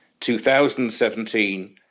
2017